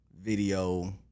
video